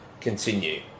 continue